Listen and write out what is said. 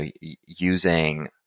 using